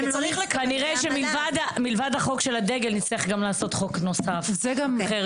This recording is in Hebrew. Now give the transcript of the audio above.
כנראה שמלבד חוק הדגל נצטרך גם לחוקק חוק נוסף מפורט יותר.